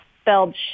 spelled